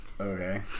Okay